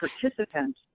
participant